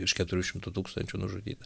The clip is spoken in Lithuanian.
virš keturių šimtų tūkstančių nužudyta